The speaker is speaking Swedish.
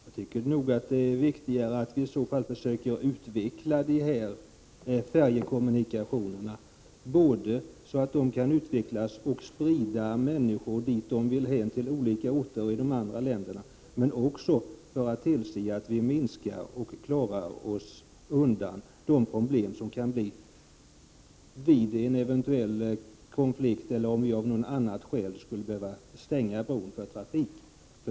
Jag tycker nog att det är viktigare att försöka utveckla de här färjekommunikationerna, så att människor kan ta sig till olika orter i nämnda länder. Men det är också viktigt att vi ser till att vi dels minskar antalet problem, dels kan klara oss från problem som kan uppstå vid en eventuell konflikt. Det kan ju också hända att vi av något annat skäl skulle behöva stänga bron för trafik.